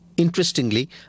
Interestingly